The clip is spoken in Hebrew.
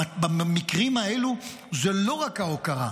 במקרים האלה זאת לא רק ההוקרה,